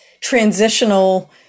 transitional